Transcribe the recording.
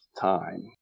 time